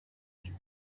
cyo